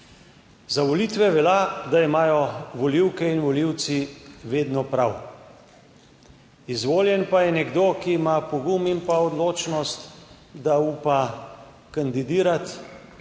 Za volitve velja, da imajo volivke in volivci vedno prav. Izvoljen pa je nekdo, ki ima pogum in odločnost, da upa kandidirati.